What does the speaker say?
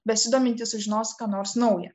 besidomintys sužinos ką nors nauja